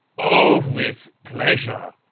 oh, with pleasure!